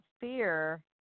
fear